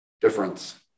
difference